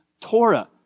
Torah